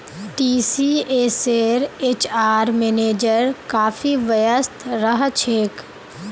टीसीएसेर HR manager काफी व्यस्त रह छेक